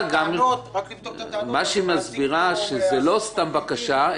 רק לבדוק את הטענות --- מה שהיא מסבירה הוא שזה לא סתם בקשה,